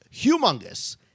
humongous